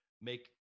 make